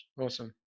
Awesome